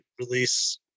release